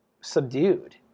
subdued